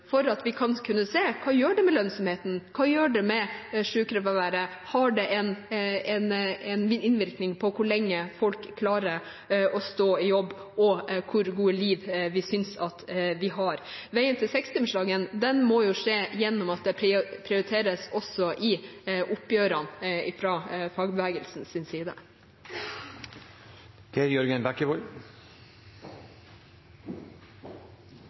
for at vi skal kunne se hva det gjør med lønnsomheten, hva det gjør med sykefraværet, om det har en innvirkning på hvor lenge folk klarer å stå i jobb og hvor godt liv vi synes vi har. Veien til 6-timersdagen må skje gjennom at det prioriteres også i oppgjørene, fra fagbevegelsens side.